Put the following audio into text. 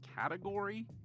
category